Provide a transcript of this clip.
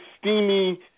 steamy